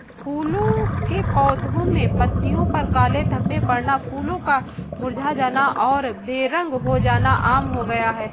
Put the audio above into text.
फूलों के पौधे में पत्तियों पर काले धब्बे पड़ना, फूलों का मुरझा जाना और बेरंग हो जाना आम हो गया है